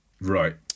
Right